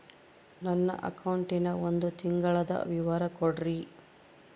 ನನ್ನ ಅಕೌಂಟಿನ ಒಂದು ತಿಂಗಳದ ವಿವರ ಕೊಡ್ರಿ?